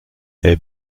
est